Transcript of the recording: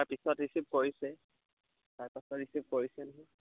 তাৰ পিছত ৰিচিভ কৰিছে তাৰ পাছত ৰিচিভ কৰিছে নহয়